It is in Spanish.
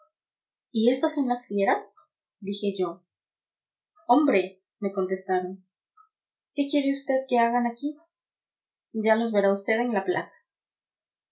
y éstas son las fieras dije yo hombre me contestaron qué quiere usted que hagan aquí ya las verá usted en la plaza